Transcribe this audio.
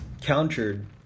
countered